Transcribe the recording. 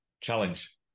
Challenge